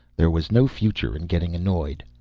there was no future in getting annoyed.